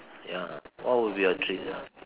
ya what would be your treat ya